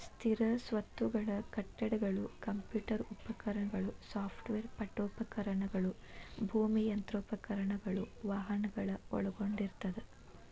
ಸ್ಥಿರ ಸ್ವತ್ತುಗಳು ಕಟ್ಟಡಗಳು ಕಂಪ್ಯೂಟರ್ ಉಪಕರಣಗಳು ಸಾಫ್ಟ್ವೇರ್ ಪೇಠೋಪಕರಣಗಳು ಭೂಮಿ ಯಂತ್ರೋಪಕರಣಗಳು ವಾಹನಗಳನ್ನ ಒಳಗೊಂಡಿರ್ತದ